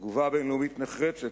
תגובה בין-לאומית נחרצת,